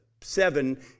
seven